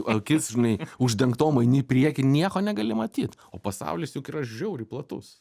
akis žinai uždengtom eini į priekį nieko negali matyt o pasaulis juk yra žiauriai platus